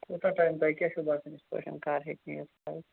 کوٗتاہ ٹایِم لگہِ کیٛاہ چھُو باسان یِتھٕ پٲٹھۍ کَر ہیٚکہِ نیٖرِتھ فٕلا